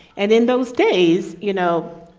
and in those days, you know,